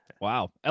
Wow